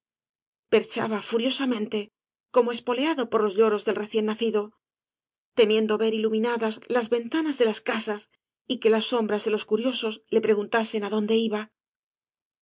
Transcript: furiosa mente como espoleado por los lloros del recién nacido temiendo ver iluminadas las ventanas de las casas y que las sombras de los curiosos le preguntasen adonde iba